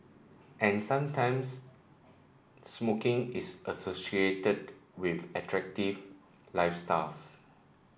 and sometimes smoking is associated with attractive lifestyles